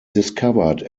discovered